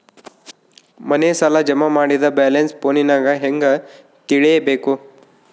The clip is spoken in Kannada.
ಮನೆ ಸಾಲ ಜಮಾ ಮಾಡಿದ ಬ್ಯಾಲೆನ್ಸ್ ಫೋನಿನಾಗ ಹೆಂಗ ತಿಳೇಬೇಕು?